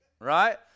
right